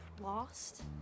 Lost